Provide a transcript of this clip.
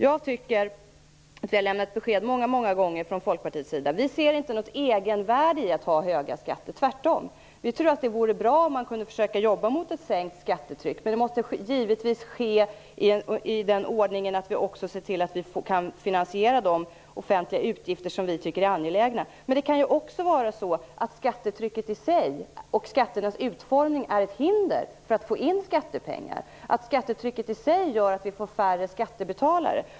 Jag tycker att vi har lämnat besked många gånger från Folkpartiets sida. Vi ser inte något egenvärde i att ha höga skatter - tvärtom. Vi tror att det vore bra om man kunde försöka arbeta för att få ett sänkt skattetryck. Men det måste givetvis ske i den ordningen att vi också ser till att vi kan finansiera de offentliga utgifter som vi anser är angelägna. Men det kan också vara på det sättet att skattetrycket i sig och skatternas utformning är ett hinder för att få in skattepengar, dvs. att skattetrycket i sig gör att vi får färre skattebetalare.